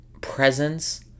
presence